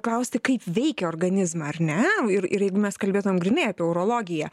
kausti kaip veikia organizmą ar ne ir ir jeigu mes kalbėtumėm grynai apie urologiją